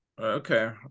Okay